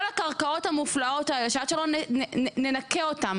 כל הקרקעות המופלאות האלה שעד שלא ננקה אותן